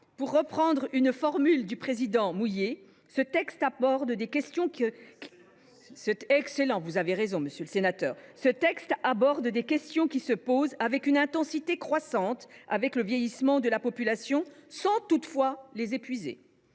Pour reprendre une formule de M. Mouiller,… De l’excellent M. Mouiller !… ce texte « aborde des questions qui se posent avec une intensité croissante avec le vieillissement de la population, sans toutefois les épuiser